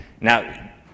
Now